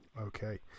Okay